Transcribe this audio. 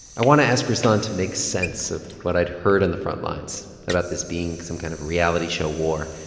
i want to ask ruslan to make sense of what i'd heard on the frontlines about this being some kind of reality show war.